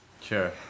Sure